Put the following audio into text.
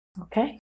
Okay